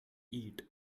eat